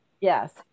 Yes